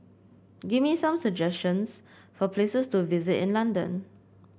give me some suggestions for places to visit in London